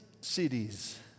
cities